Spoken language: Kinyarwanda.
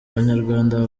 abanyarwanda